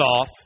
off